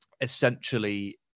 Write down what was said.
essentially